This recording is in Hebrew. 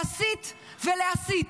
להסית ולהסיט.